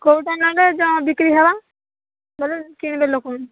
କେଉଁଟା ନେଲେ ଯେ ବିକ୍ରି ହେବ ଭଲ କିଣିବେ ଲୋକମାନେ